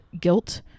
guilt